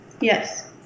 yes